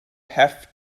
have